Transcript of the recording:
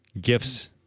gifts